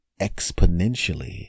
exponentially